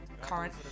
current